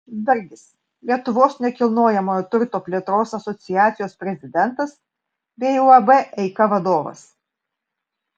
dargis lietuvos nekilnojamojo turto plėtros asociacijos prezidentas bei uab eika vadovas